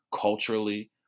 culturally